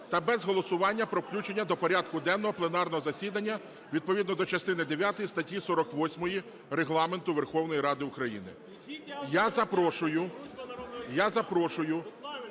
та без голосування про включення до порядку денного пленарного засідання, відповідно до частини дев'ятої статті 48 Регламенту Верховної Ради України. Я запрошую…